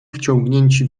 wciągnięci